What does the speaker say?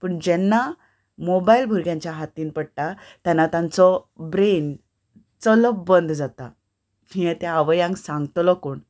पूण जेन्ना मोबायल भुरग्यांच्या हातीन पडटा तेन्ना तांचो ब्रेन चलप बंद जाता हें त्या आवयांक सांगतलो कोण